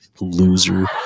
loser